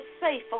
safe